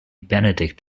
benedict